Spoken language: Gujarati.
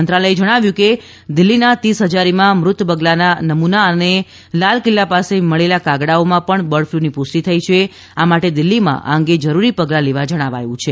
મંત્રાલયે જણાવ્યું છે કે દિલ્હીના તીસ હજારીમાં મૃત બગલાના નમૂના અને લાલ કિલ્લા પાસે મળેલા કાગડાઓમાં પણ બર્ડફ્લૂની પુષ્ટિ થઈ છે આ માટે દિલ્હીમાં આ અંગે જરૂરી પગલાં લેવા જણાવાયું છે